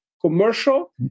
commercial